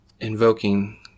invoking